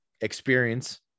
experience